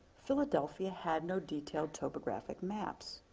philadelphia had no detailed topographic maps.